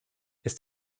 ist